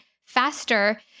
faster